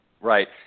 Right